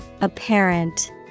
Apparent